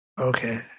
Okay